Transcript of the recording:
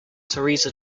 teresa